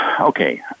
okay